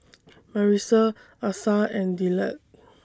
Marisa Asa and Dillard